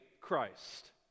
Christ